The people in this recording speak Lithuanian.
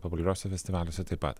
populiariuose festivaliuose taip pat